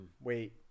wait